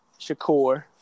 Shakur